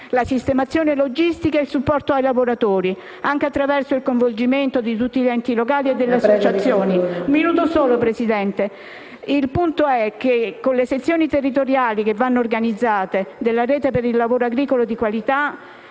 la sistemazione logistica e il supporto ai lavoratori, anche attraverso il coinvolgimento di tutti gli enti locali e delle associazioni. Il punto è che con le sezioni territoriali, che vanno organizzate, della rete per il lavoro agricolo di qualità,